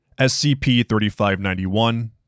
SCP-3591